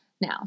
Now